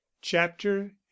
Chapter